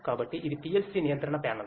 కాబట్టి ఇది PLC నియంత్రణ ప్యానెల్